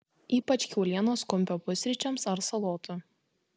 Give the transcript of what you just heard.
ypač kiaulienos kumpio pusryčiams ar salotų